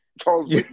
Charles